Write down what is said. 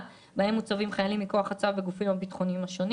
בהם מוצבים חיילים מכוח הצו בגופים הביטחוניים השונים